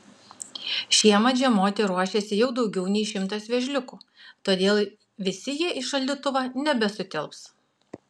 šiemet žiemoti ruošiasi jau daugiau nei šimtas vėžliukų todėl visi jie į šaldytuvą nebesutilps